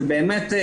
באמת,